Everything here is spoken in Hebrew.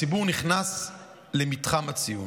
הציבור נכנס למתחם הציון.